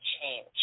change